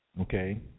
okay